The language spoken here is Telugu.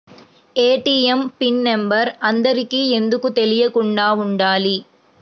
ఏ.టీ.ఎం పిన్ నెంబర్ అందరికి ఎందుకు తెలియకుండా ఉండాలి?